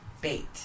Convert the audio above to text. bait